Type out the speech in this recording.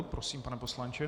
Prosím, pane poslanče.